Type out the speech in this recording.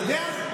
אתה יודע?